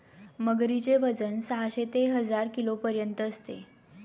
मगरीचे वजन साहशे ते हजार किलोपर्यंत असते